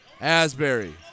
Asbury